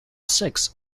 six